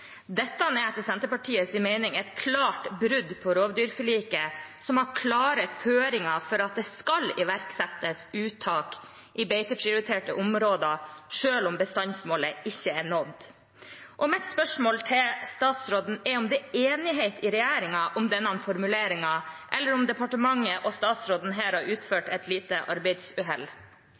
Dette er etter Senterpartiets mening et klart brudd på rovdyrforliket, som har klare føringer om at det skal iverksettes uttak i beiteprioriterte områder, selv om bestandsmålet ikke er nådd. Mitt spørsmål til statsråden er om det er enighet i regjeringen om denne formuleringen, eller om departementet og statsråden her har uført et lite arbeidsuhell.